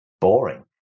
boring